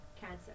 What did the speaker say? cancer